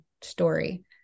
story